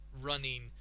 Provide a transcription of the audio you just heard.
running